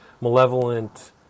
malevolent